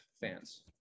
fans